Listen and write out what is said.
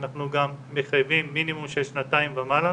אנחנו גם מחייבים מינימום של שנתיים ומעלה